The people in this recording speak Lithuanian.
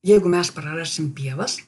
jeigu mes prarasim pievas